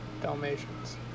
Dalmatians